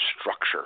structure